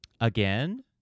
again